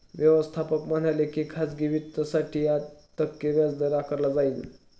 व्यवस्थापक म्हणाले की खाजगी वित्तासाठी आठ टक्के व्याजदर आकारला जाईल